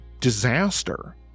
disaster